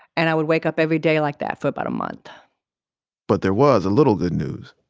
and i would wake up every day like that for about a month but there was a little good news.